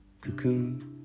cocoon